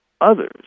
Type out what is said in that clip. others